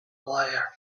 player